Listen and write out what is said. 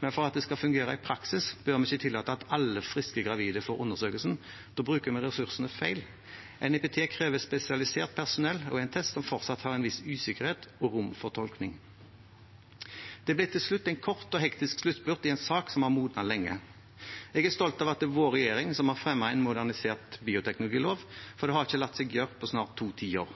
men for at det skal fungere i praksis, bør vi ikke tillate at alle friske gravide får undersøkelsen. Da bruker vi ressursene feil. NIPT krever spesialisert personell og er en test som fortsatt har en viss usikkerhet og rom for tolkning. Det ble til slutt en kort og hektisk sluttspurt i en sak som har modnet lenge. Jeg er stolt av at det er vår regjering som har fremmet en modernisert bioteknologilov, for det har ikke latt seg gjøre på snart to tiår.